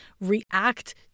react